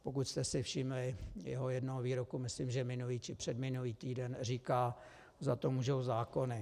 Pokud jste si všimli jednoho jeho výroku, myslím, že minulý či předminulý týden říkal, že za to můžou zákony.